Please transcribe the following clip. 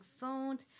phones